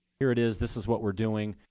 here it is. this is what we're doing.